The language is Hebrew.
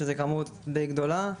שזו כמות די גדולה.